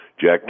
jack